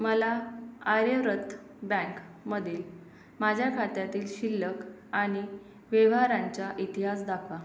मला आर्यव्रत बँकमधील माझ्या खात्यातील शिल्लक आणि व्यवहारांच्या इतिहास दाखवा